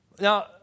Now